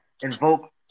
invoke